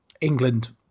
England